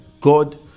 God